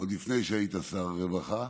עוד לפני שהיית שר הרווחה,